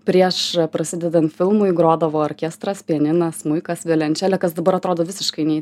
prieš prasidedant filmui grodavo orkestras pianinas smuikas violončelė kas dabar atrodo visiškai nei